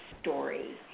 story